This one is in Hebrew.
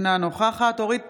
אינה נוכחת אורית